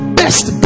best